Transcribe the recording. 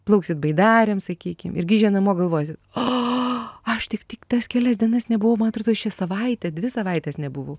plauksit baidarėm sakykim ir grįžę namo galvosit a aš tik tik tas kelias dienas nebuvau man atrodo aš čią savaitę dvi savaites nebuvau